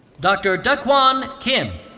dr. duckhwan kim.